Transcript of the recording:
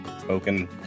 spoken